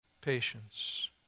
patience